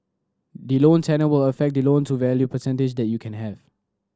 the loan tenure will affect the loan to value percentage that you can have